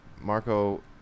Marco